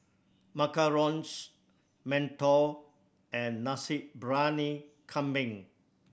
macarons mantou and Nasi Briyani Kambing